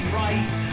right